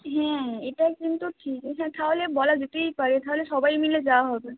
হুম এটা কিন্তু ঠিক এটা তাহলে বলা যেতেই পারে থাহলে সবাই মিলে যাওয়া হবে